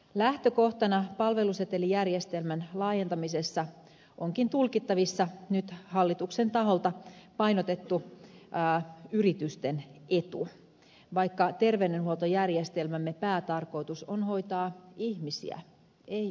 lähtökohtana palvelusetelijärjestelmän laajentamisessa onkin tulkittavissa nyt hallituksen taholta painotettu yritysten etu vaikka terveydenhuoltojärjestelmämme päätarkoitus on hoitaa ihmisiä ei yrityksiä